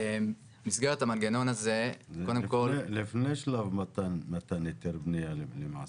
במסגרת המנגנון הזה -- לפני שלב מתן היתר בנייה למעשה.